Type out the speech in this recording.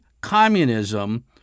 communism